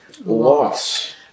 loss